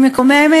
היא מקוממת,